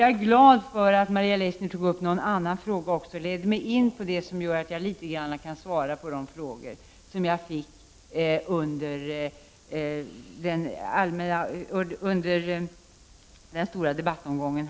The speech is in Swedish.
Jag är glad för att Maria Leissner också tog upp en annan fråga, som kan leda mig in på ett område där jag har fått frågor från andra i den stora debattomgången.